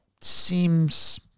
seems